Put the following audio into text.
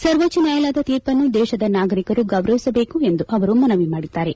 ಸರ್ವೋಚ್ಚ ನ್ಯಾಯಾಲಯದ ತೀರ್ಪನ್ನು ದೇಶದ ನಾಗರಿಕರು ಗೌರವಿಸಬೇಕು ಎಂದು ಅವರು ಮನವಿ ಮಾಡಿದ್ದಾರೆ